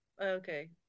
Okay